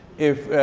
if